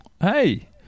hey